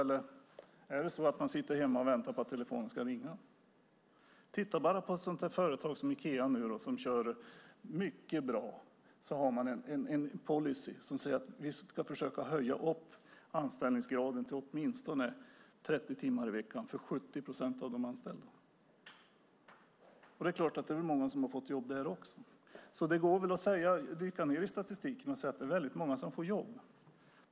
Eller sitter man hemma och väntar på att telefonen ska ringa? Man kan titta på ett sådant företag som Ikea. Man har - det är mycket bra - en policy där man säger: Vi ska försöka höja anställningsgraden till åtminstone 30 timmar i veckan för 70 procent av de anställda. Det är klart att det är många som har fått jobb där också. Det går väl att dyka ned i statistiken och säga att det är väldigt många som får jobb.